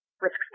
risks